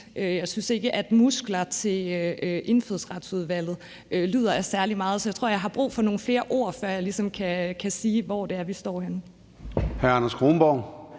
Jeg synes ikke, at »muskler til Indfødsretsudvalget« lyder af særlig meget, så jeg tror, jeg har brug for nogle flere ord, før jeg ligesom kan sige, hvor det er, vi står henne.